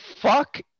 Fuck